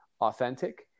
authentic